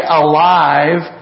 alive